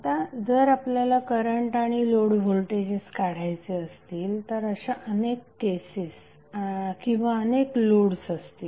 आता जर आपल्याला करंट आणि लोड व्होल्टेजेस काढायचे असतील अशा अनेक केसेस किंवा अनेक लोड्स असतील